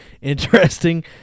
interesting